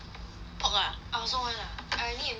pork ah I also want ah I need a meat ah